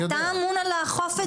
אתה אמון על לאכוף את זה.